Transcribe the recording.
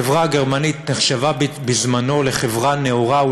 החברה הגרמנית נחשבה בזמנו לחברה נאורה,